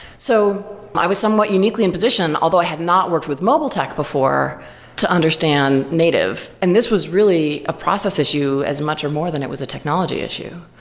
so i was somewhat uniquely in position, although i had not worked with mobile tech before to understand native. and this was really a process issue as much or more than it was a technology issue.